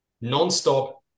Non-stop